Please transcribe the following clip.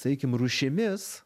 sakykime rūšimis